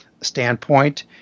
standpoint